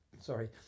sorry